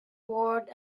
word